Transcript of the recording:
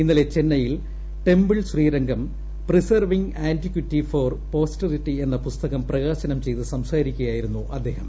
ഇന്നലെ ചെന്നൈയിൽ temple Srirangam preserving antiquity for posterity എന്ന പുസ്തകം പ്രകാശനം ചെയ്ത് സംസാരി ക്കുകയായിരുന്നു അദ്ദേഹം